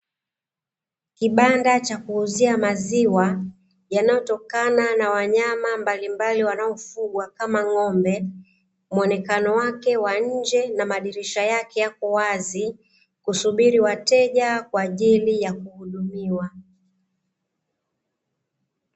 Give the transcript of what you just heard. Kibanda cha kuuzia maziwa yanayotokana na wanyama mbalimbali wanaofugwa kama ng'ombe, muonekano wake wa nje na madirisha yake yako wazi kusubiri wateja kwaajili ya kuudumiwa.